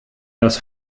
das